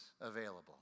available